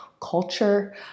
culture